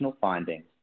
findings